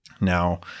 Now